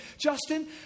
Justin